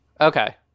Okay